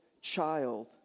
child